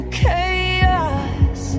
chaos